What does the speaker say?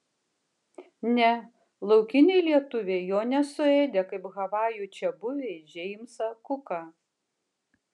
ne laukiniai lietuviai jo nesuėdė kaip havajų čiabuviai džeimsą kuką